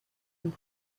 and